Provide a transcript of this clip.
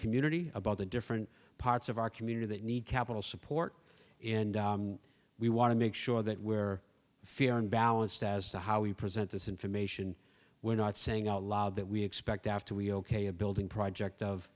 community about the different parts of our community that need capital support in we want to make sure that we're fair and balanced as to how we present this information we're not saying out loud that we expect after we ok a building project of